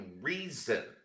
reason